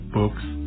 books